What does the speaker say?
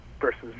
versus